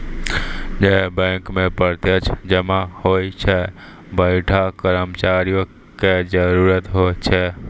जै बैंको मे प्रत्यक्ष जमा होय छै वैंठा कर्मचारियो के जरुरत होय छै